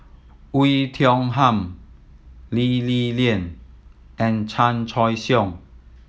Oei Tiong Ham Lee Li Lian and Chan Choy Siong